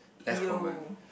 Leo